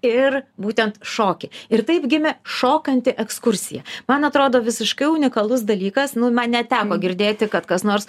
ir būtent šokį ir taip gimė šokanti ekskursija man atrodo visiškai unikalus dalykas nu man neteko girdėti kad kas nors